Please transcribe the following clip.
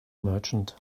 merchant